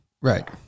right